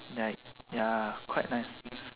like ya quite nice